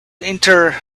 enter